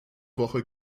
woche